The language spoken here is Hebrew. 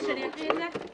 אתה רוצה שאני אקריא את זה?